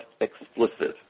explicit